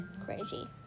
crazy